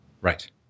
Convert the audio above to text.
right